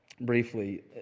briefly